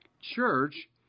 church